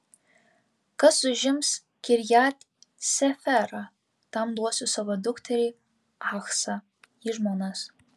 kas užims kirjat seferą tam duosiu savo dukterį achsą į žmonas